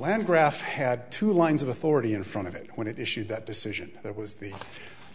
land graft had two lines of authority in front of it when it issued that decision that was the